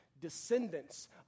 descendants